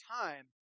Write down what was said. time